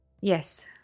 Yes